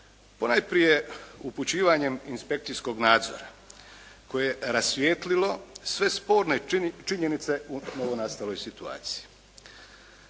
Ponajprije upućivanjem inspekcijskog nadzora koje je rasvijetlilo sve sporne činjenice u novonastaloj situaciji.